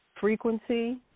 frequency